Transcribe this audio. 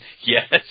yes